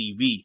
TV